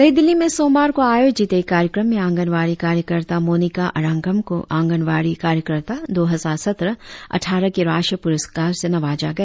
नई दिल्ली में सोमवार को आयोजित एक कार्यक्रम में आगंनवाड़ी कार्यकर्ता मोनिका अरांगहम को आंगनवाड़ी कार्यकर्ता दो हजार सत्रह अटठारह के राष्ट्रीय पुरस्कार से नवाजा गया